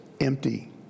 empty